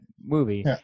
movie